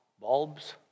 bulbs